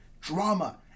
drama